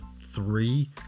three